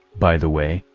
by the way,